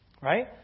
right